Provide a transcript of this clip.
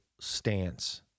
stance